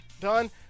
done